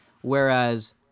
Whereas